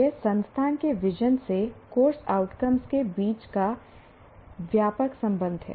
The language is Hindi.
यह संस्थान के विजन से कोर्स आउटकम के बीच का व्यापक संबंध है